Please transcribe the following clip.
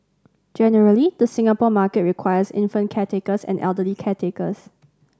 generally the Singapore market requires infant caretakers and elderly caretakers